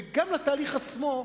וגם לתהליך עצמו,